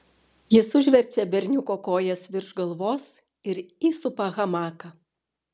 jis užverčia berniuko kojas virš galvos ir įsupa hamaką